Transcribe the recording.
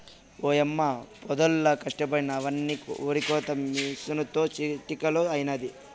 ఓయమ్మ పొద్దుల్లా కష్టపడినా అవ్వని ఒరికోత మిసనుతో చిటికలో అయినాది